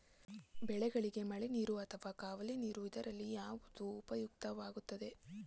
ಬೆಳೆಗಳಿಗೆ ಮಳೆನೀರು ಅಥವಾ ಕಾಲುವೆ ನೀರು ಇದರಲ್ಲಿ ಯಾವುದು ಉಪಯುಕ್ತವಾಗುತ್ತದೆ?